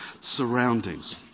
surroundings